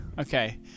Okay